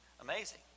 amazing